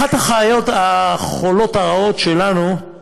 אחת הרעות החולות שלנו היא